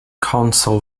console